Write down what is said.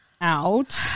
out